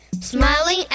smiling